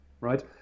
right